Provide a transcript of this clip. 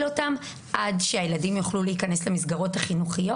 אותם עד שהילדים יוכלו להיכנס למסגרות החינוכיות.